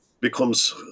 becomes